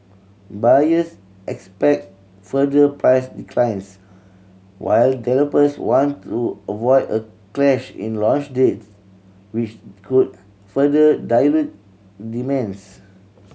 buyers expect further price declines while developers want to avoid a clash in launch date which could further dilute demands